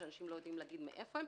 שאנשים לא יודעים להגיד מאיפה הם.